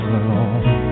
alone